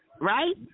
right